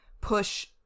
push